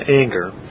anger